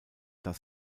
das